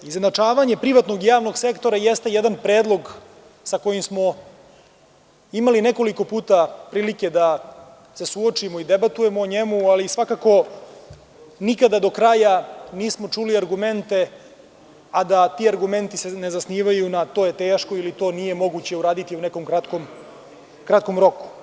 Izjednačavanje privatnog i javnog sektora jeste jedan predlog sa kojim smo imali nekoliko puta prilike da se suočimo i debatujemo o njemu, ali svakako nikada do kraja nismo čuli argumente a da se ti argumenti ne zasnivaju na toj teškoj ili to nije moguće uraditi u nekom kratkom roku.